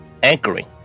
anchoring